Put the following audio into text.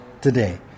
today